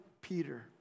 Peter